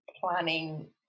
planning